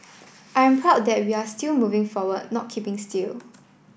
I'm proud that we are still moving forward not keeping still